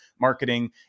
marketing